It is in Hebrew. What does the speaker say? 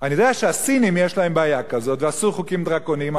אני יודע שהסינים יש להם בעיה כזאת ועשו חוקים דרקוניים,